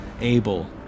Abel